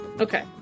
Okay